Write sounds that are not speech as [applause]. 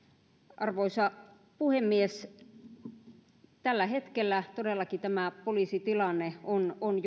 arvoisa puhemies tällä hetkellä todellakin tämä poliisitilanne on on [unintelligible]